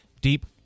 deep